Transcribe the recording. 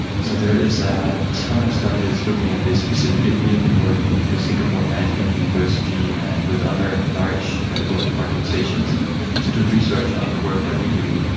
so there is a tonne of studies looking at this. specifically we have been working with singapore management university and with other large credible organisations to do research on the work that we do,